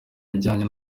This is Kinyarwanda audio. bijyanye